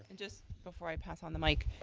and just before i pass on the mike,